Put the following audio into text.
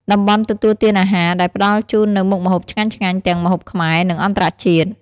តំបន់ទទួលទានអាហារ ដែលផ្តល់ជូននូវមុខម្ហូបឆ្ងាញ់ៗ ទាំងម្ហូបខ្មែរ និងអន្តរជាតិ។